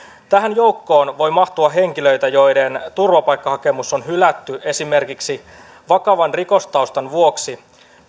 tähän joukkoon voi mahtua henkilöitä joiden turvapaikkahakemus on hylätty esimerkiksi vakavan rikostaustan vuoksi